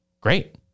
great